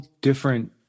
different